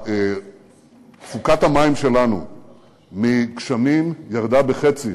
תפוקת המים שלנו מגשמים ירדה בחצי